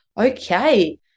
okay